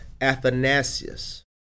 athanasius